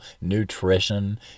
nutrition